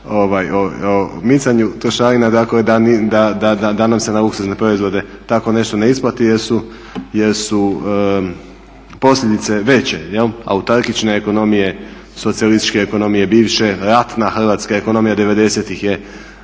o micanju trošarina dakle da nam se na luksuzne proizvode tako nešto ne isplati jer su posljedice veće. … ekonomije, socijalističke ekonomije, bivše, ratna hrvatska ekonomija '90.-ih